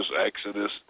Exodus